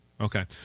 okay